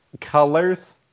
colors